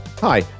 Hi